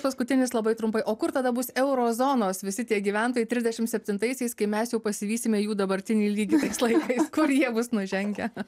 paskutinis labai trumpai o kur tada bus euro zonos visi tie gyventojai trisdešim septintaisiais kai mes jau pasivysime jų dabartinį lygį tais laikais kur jie bus nužengę